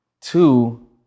Two